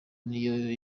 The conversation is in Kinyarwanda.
n’iyo